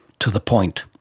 to the point.